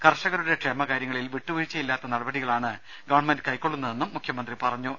കർഷകരുടെ ക്ഷേമ കാര്യങ്ങളിൽ വിട്ടുവീഴ്ചയില്ലാത്ത നടപടികളാണ് ഗവൺമെന്റ് കൈക്കൊള്ളുന്നതെന്നും മുഖ്യമന്ത്രി പറഞ്ഞു